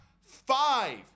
five